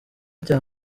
cya